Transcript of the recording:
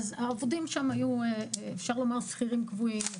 אז העובדים שם היו שכירים קבועים.